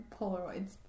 polaroids